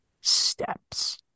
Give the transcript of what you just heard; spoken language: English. steps